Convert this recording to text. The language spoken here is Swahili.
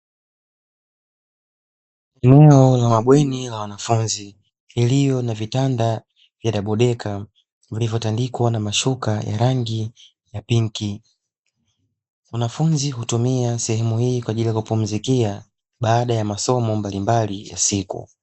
Eneo la mabweni la wanafunzi iliyo na vitanda vya dabodeka, vilivyotandikwa na mashuka ya rangi ya pinki. Wanafunzi hutumia sehemu hii kwa ajili ya kupumzikia baada ya masomo mbalimbali ya siku.